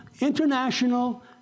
international